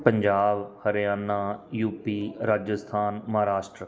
Punjab Haryana UP Rajasthan Maharashtra